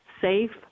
safe